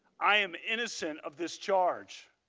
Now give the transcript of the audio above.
i am innocent of this charge.